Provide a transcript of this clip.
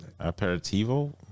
Aperitivo